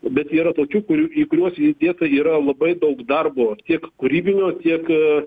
bet yra tokių kurių į kuriuos jų vietą yra labai daug darbo tiek kūrybinio tiek